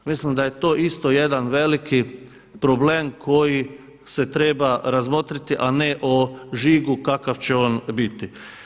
Mislim da je to isto jedan veliki problem koji se treba razmotriti a ne o žigu kakav će on biti.